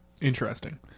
Interesting